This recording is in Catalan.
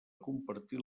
compartir